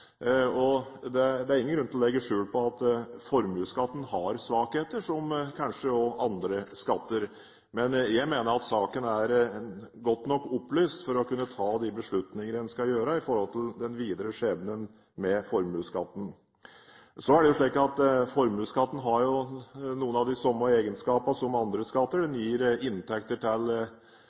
gjennomgang av formuesskatten. Det er ingen grunn til å legge skjul på at formuesskatten har svakheter, som kanskje også andre skatter. Men jeg mener at saken er godt nok belyst for å kunne ta de beslutninger en skal ta med hensyn til den videre skjebnen til formuesskatten. Formuesskatten har noen av de samme egenskaper som andre skatter: Den gir inntekter til